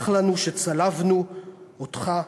סלח לנו שצלבנו אותך,